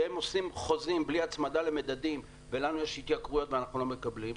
הם עושים חוזים בלי הצמדה למדדים ולנו יש התייקרויות ואנחנו לא מקבלים.